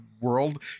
world